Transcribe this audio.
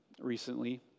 recently